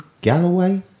Galloway